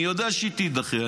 אני יודע שהיא תידחה.